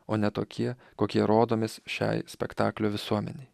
o ne tokie kokie rodomės šiai spektaklio visuomenei